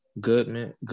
Goodman